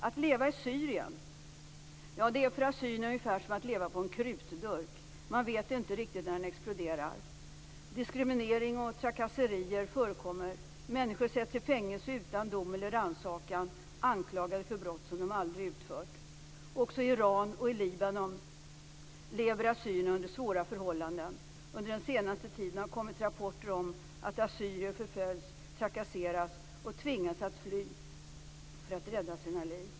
Att leva i Syrien är för assyrierna ungefär som att leva på en krutdurk; man vet inte riktigt när den exploderar. Diskriminering och trakasserier förekommer. Människor sätts i fängelse utan dom eller rannsakan, anklagade för brott som de aldrig begått. Också i Iran och i Libanon lever assyrierna under svåra förhållanden. Under den senaste tiden har det kommit rapporter om att assyrier förföljs, trakasseras och tvingas att fly för att rädda sina liv.